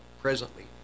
presently